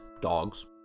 dogs